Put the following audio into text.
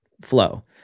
flow